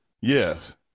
Yes